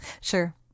Sure